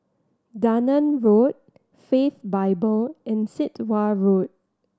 Dunearn Road Faith Bible and Sit Wah Road